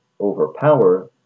overpower